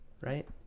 right